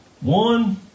One